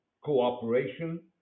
cooperation